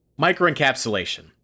microencapsulation